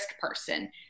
person